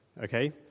okay